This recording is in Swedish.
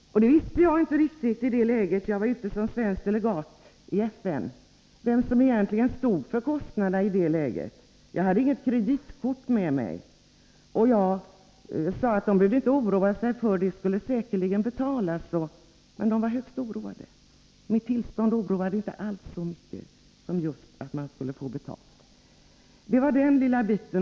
Det kände jag inte riktigt till i det läget. Jag var ute som svensk FN-delegat. Jag hade inte med mig något kreditkort, men jag sade att de inte behövde oroa sig, eftersom kostnaderna säkerligen skulle betalas. Men de var högst oroade. Mitt tillstånd oroade inte alls så mycket som osäkerheten om de skulle få betalt. Det var den lilla biten.